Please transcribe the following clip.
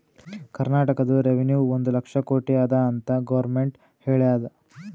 ಕರ್ನಾಟಕದು ರೆವೆನ್ಯೂ ಒಂದ್ ಲಕ್ಷ ಕೋಟಿ ಅದ ಅಂತ್ ಗೊರ್ಮೆಂಟ್ ಹೇಳ್ಯಾದ್